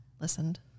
listened